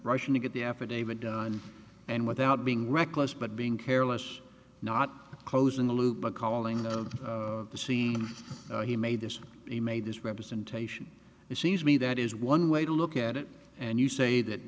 rushing to get the affidavit done and without being reckless but being careless not closing the loop but calling the scene and he made this he made this representation it seems to me that is one way to look at it and you say that